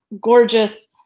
gorgeous